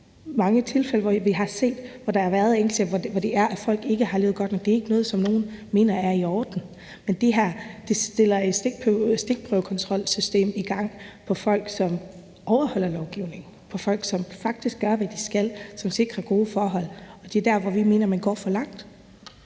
mange tilfælde, hvor vi har set at folk ikke har levet godt nok op til det, er det ikke noget, som nogen mener er i orden. Men det her sætter en stikprøvekontrolsystem i gang over for folk, som overholder lovgivningen, og folk, som faktisk gør, hvad de skal, og sikrer gode forhold, og det er der, hvor vi mener at man går for langt.